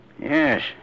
Yes